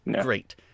great